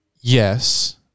Yes